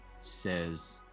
says